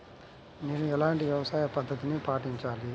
నేను ఎలాంటి వ్యవసాయ పద్ధతిని పాటించాలి?